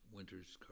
Winter's